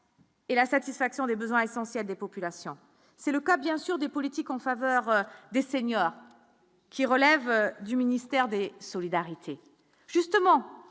Et la satisfaction des besoins essentiels des populations, c'est le cas bien sûr des politiques en faveur des seniors qui relève du ministère des solidarités